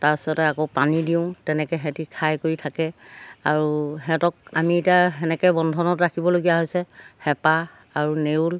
তাৰপিছতে আকৌ পানী দিওঁ তেনেকৈ সেঁতি খাই কৰি থাকে আৰু সিহঁতক আমি এতিয়া সেনেকৈ বন্ধনত ৰাখিবলগীয়া হৈছে হেপা আৰু নেউল